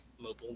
mobile